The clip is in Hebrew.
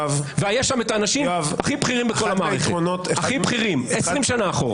והיו שם האנשים הכי בכירים במערכת ב-20 השנים האחרונות.